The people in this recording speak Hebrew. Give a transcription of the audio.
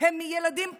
הם ילדים פגועים.